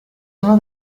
uno